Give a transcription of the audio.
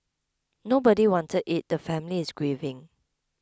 nobody wanted it the family is grieving